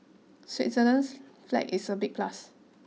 Switzerland's flag is a big plus